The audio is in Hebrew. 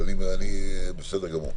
הם --- אנחנו נפנה למירה,